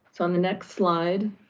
on the next slide,